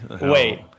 Wait